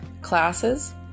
classes